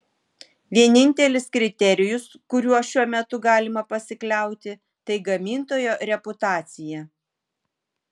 vienintelis kriterijus kuriuo šiuo metu galima pasikliauti tai gamintojo reputacija